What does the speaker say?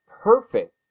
perfect